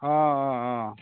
অঁ অঁ অঁ